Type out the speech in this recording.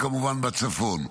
כמובן, בבחירות בצפון.